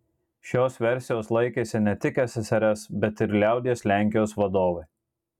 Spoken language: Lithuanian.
šios versijos laikėsi ne tik ssrs bet ir liaudies lenkijos vadovai